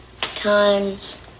times